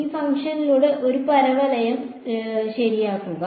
ഈ ഫംഗ്ഷനിലൂടെ ഒരു പരവലയം ശരിയാക്കുക